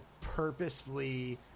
purposefully